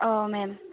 औ मेम